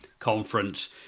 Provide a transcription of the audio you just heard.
conference